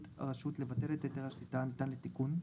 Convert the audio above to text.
הרשות לבטל את היתר השליטה הניתן לתיקון,